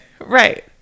Right